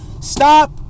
stop